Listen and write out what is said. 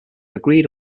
agreed